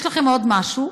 יש לכם עוד משהו.